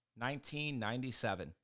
1997